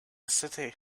city